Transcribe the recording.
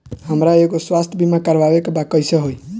हमरा एगो स्वास्थ्य बीमा करवाए के बा कइसे होई?